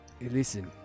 Listen